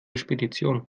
spedition